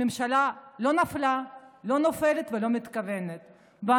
הממשלה לא נפלה, לא נופלת ולא מתכוונת ליפול.